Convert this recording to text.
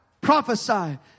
prophesy